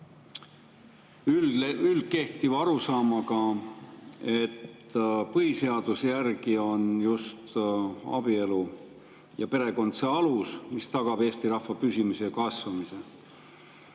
üldkehtiva arusaamaga, et põhiseaduse järgi on just abielu ja perekond see alus, mis tagab Eesti rahva püsimise ja kasvamise.